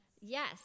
Yes